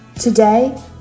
Today